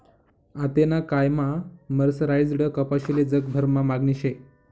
आतेना कायमा मर्सराईज्ड कपाशीले जगभरमा मागणी शे